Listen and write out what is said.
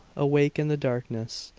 awake in the darkness,